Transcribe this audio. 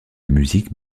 musique